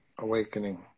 Awakening